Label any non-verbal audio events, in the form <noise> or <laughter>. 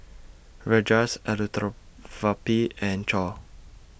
Rajesh <unintelligible> and Choor